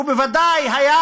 הוא בוודאי היה